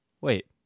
Wait